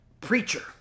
preacher